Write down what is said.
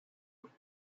eight